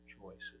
choices